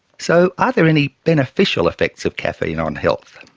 so are there any beneficial effects of caffeine on health?